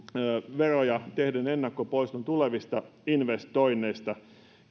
veroja tehden ennakkopoiston tulevista investoinneista